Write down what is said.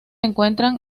encuentran